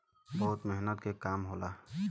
बहुत मेहनत के काम होला